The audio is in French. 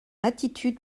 attitude